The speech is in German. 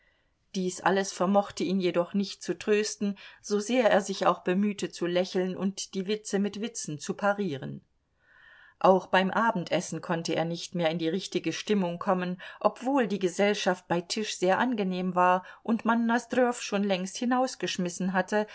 dies alles vermochte ihn jedoch nicht zu trösten so sehr er sich auch bemühte zu lächeln und die witze mit witzen zu parieren auch beim abendessen konnte er nicht mehr in die richtige stimmung kommen obwohl die gesellschaft bei tisch sehr angenehm war und man nosdrjow schon längst herausgeschmissen hatte